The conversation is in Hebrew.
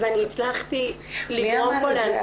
ואני הצלחתי לגרום פה --- מי אמר את זה עליך?